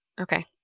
Okay